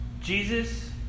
Jesus